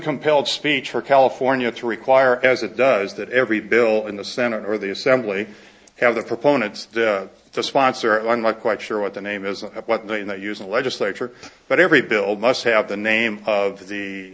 compelled speech for california to require as it does that every bill in the senate or the assembly have the proponents to sponsor i'm not quite sure what the name is and what they use the legislature but every bill must have the name of the